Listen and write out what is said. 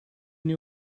know